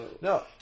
No